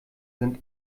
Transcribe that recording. sind